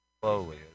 slowly